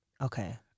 Okay